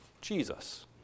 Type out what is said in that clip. Jesus